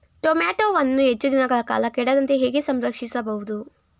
ಟೋಮ್ಯಾಟೋವನ್ನು ಹೆಚ್ಚು ದಿನಗಳ ಕಾಲ ಕೆಡದಂತೆ ಹೇಗೆ ಸಂರಕ್ಷಿಸಬಹುದು?